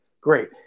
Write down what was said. great